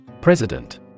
President